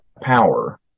power